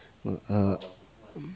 err